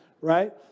right